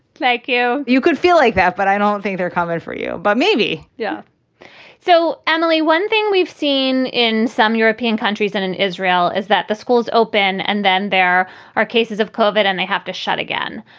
thank you. you could feel like that. but i don't think they're coming for you. but maybe. yeah so, emily, one thing we've seen in some european countries and in israel is that the schools open and then there are cases of covered and they have to shut again.